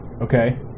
okay